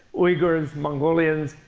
uighurs, mongolians,